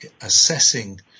assessing